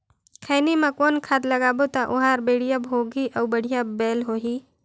खैनी मा कौन खाद लगाबो ता ओहार बेडिया भोगही अउ बढ़िया बैल होही?